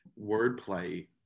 wordplay